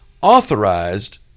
authorized